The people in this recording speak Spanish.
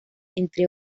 entre